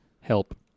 help